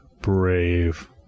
brave